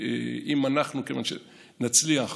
אם אנחנו נצליח